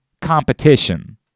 competition